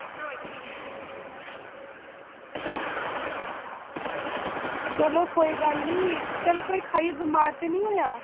चलो कोई गल्ल निं चलो कोई खाई बमार निं होआ